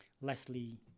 Leslie